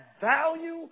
value